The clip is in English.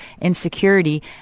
insecurity